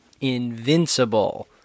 invincible